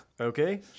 Okay